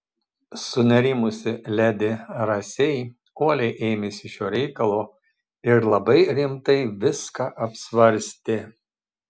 sunerimusi ledi rasei uoliai ėmėsi šio reikalo ir labai rimtai viską apsvarstė